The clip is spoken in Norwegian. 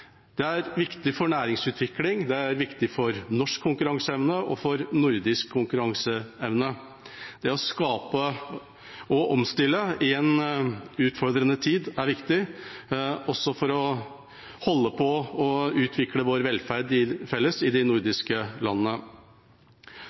Det er viktig for næringsutvikling, det er viktig for norsk konkurranseevne og for nordisk konkurranseevne. Det å skape og omstille i en utfordrende tid er viktig, også for å holde på og utvikle vår velferd felles i de